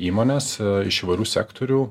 įmones iš įvairių sektorių